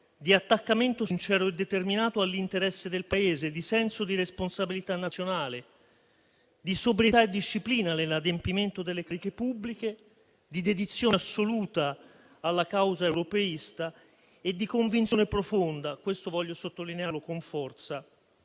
di attaccamento sincero e determinato all'interesse del Paese, di senso di responsabilità nazionale, di sobrietà e disciplina nell'adempimento delle cariche pubbliche, di dedizione assoluta alla causa europeista e di convinzione profonda - questo voglio sottolinearlo con forza